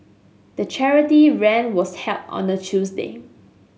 the charity run was held on a Tuesday